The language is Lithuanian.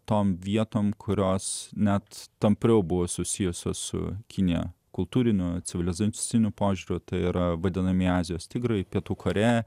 tom vietom kurios net tampriau buvo susijusios su kinija kultūriniu civilizaciniu požiūriu tai yra vadinami azijos tigrai pietų korėja